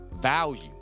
value